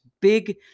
big